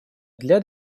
для